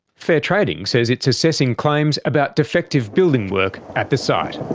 fair trading says it's assessing claims about defective building work at the site.